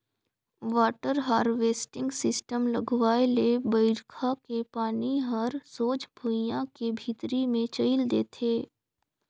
water harvesting system लगवाए ले बइरखा के पानी हर सोझ भुइयां के भीतरी मे चइल देथे